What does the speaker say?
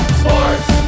sports